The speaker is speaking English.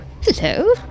hello